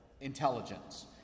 Intelligence